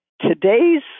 today's